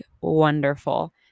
wonderful